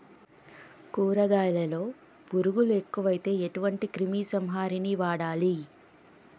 కూరగాయలలో పురుగులు ఎక్కువైతే ఎటువంటి క్రిమి సంహారిణి వాడాలి?